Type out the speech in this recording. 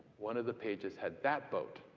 one of the pages had that boat.